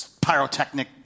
pyrotechnic